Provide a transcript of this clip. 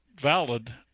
valid